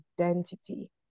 identity